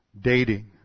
dating